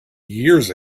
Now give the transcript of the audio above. years